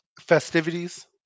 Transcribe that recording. festivities